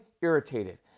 irritated